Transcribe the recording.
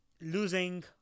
losing